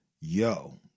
yo